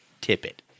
tippet